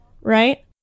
right